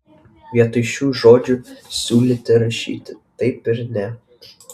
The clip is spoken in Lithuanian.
vietoj šių žodžių siūlyti rašyti taip ir ne